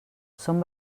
són